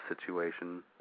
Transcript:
situation